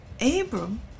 Abram